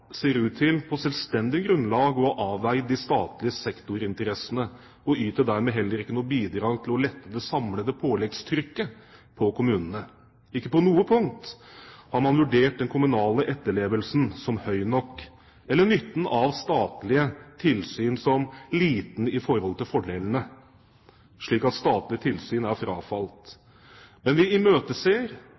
ser i liten grad ut til på selvstendig grunnlag å ha avveid de statlige sektorinteressene, og yter dermed heller ikke noe bidrag til å lette det samlede påleggstrykket på kommunene. Ikke på noe punkt har man vurdert den kommunale etterlevelsen som høy nok, eller nytten av statlig tilsyn som liten i forhold til fordelene, slik at statlig tilsyn er frafalt. Disse medlemmer imøteser